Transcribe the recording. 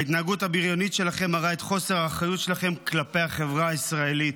ההתנהגות הבריונית שלכם מראה את חוסר האחריות שלכם כלפי החברה הישראלית,